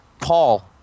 Paul